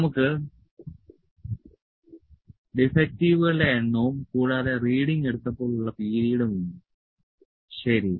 നമുക്ക് ഡിഫക്റ്റീവുകളുടെ എണ്ണവും കൂടാതെ റീഡിങ് എടുത്തപ്പോൾ ഉള്ള പീരീഡും ഉണ്ട് ശരി